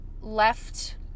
left